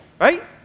Right